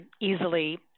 easily